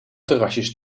terrasjes